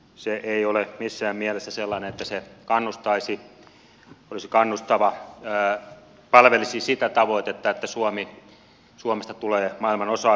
se ei ole missään mielessä sellainen että se kannustaisi olisi kannustava palvelisi sitä tavoitetta että suomesta tulee maailman osaavin kansa